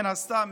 מן הסתם,